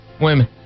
women